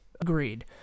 Agreed